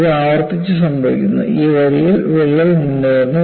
ഇത് ആവർത്തിച്ച് സംഭവിക്കുന്നു ഈ വരിയിൽ വിള്ളൽ മുന്നേറുന്നു